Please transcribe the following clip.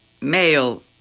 male